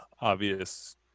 obvious